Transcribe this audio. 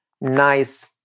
nice